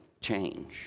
change